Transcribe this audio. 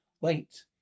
Wait